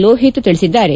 ಲೋಹಿತ್ ತಿಳಿಸಿದ್ದಾರೆ